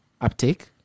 uptake